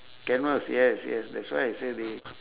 canvas yes yes that's why I say the